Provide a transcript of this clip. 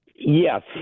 Yes